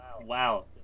wow